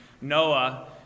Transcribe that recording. Noah